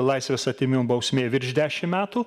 laisvės atėmimo bausmė virš dešimt metų